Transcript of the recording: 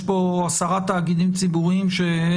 יש כאן עשרה תאגידים ציבוריים.